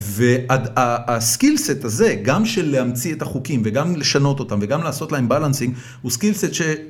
והסקילסט הזה, גם של להמציא את החוקים, וגם לשנות אותם, וגם לעשות להם מבלאנסינג, הוא סקילסט ש...